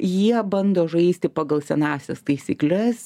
jie bando žaisti pagal senąsias taisykles